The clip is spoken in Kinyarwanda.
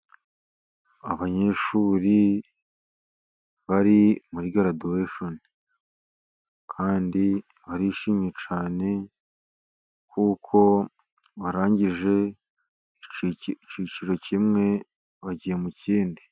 Abanyeshuri bari muri garaduwesheni, kandi barishimye cyane kuko barangije ikiciro kimwe bagiye mu kindi.